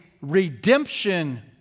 redemption